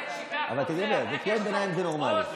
אתה יודע, קריאות ביניים זה נורמלי.